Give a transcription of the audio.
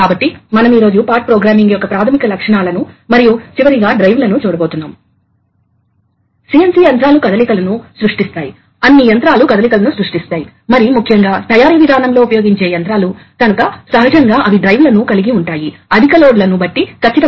కాబట్టి instructional objectives మొదటగా కొన్ని విలక్షణమైన వాల్వ్ నిర్మాణాలను గీస్తాము AND OR న్యూమాటిక్ లాజిక్ లను వివరించగలవు క్విక్ ఎగ్జాస్ట్ ఫ్లో వాల్వ్స్ వంటి న్యుమాటిక్స్ లో ఉపయోగించే కొన్ని ప్రత్యేక రకాల వాల్వ్స్ యొక్క వివిధ విధులను వివరించవచ్చు